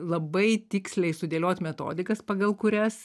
labai tiksliai sudėliot metodikas pagal kurias